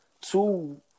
Two